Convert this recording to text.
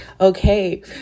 Okay